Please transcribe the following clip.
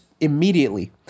immediately